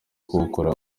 kuwukorera